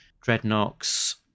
Dreadnoughts